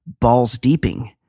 balls-deeping